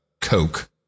Coke